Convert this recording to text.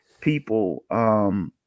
people